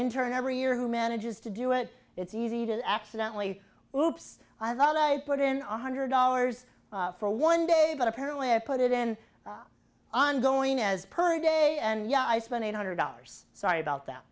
intern every year who manages to do it it's easy to accidentally or ups i thought i'd put in a hundred dollars for one day but apparently i put it in on going as per day and yeah i spent eight hundred dollars sorry about that